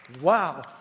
Wow